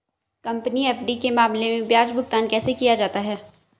Company FD के मामले में ब्याज भुगतान कैसे किया जाता है?